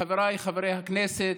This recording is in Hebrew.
חבריי חברי הכנסת,